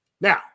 Now